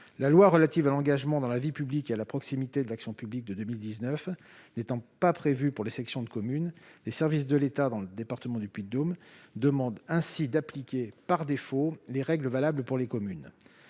2019 relative à l'engagement dans la vie locale et à la proximité de l'action publique ne prévoyant pas le cas des sections de commune, les services de l'État dans le département du Puy-de-Dôme demandent ainsi d'appliquer, par défaut, les règles valables pour les communes.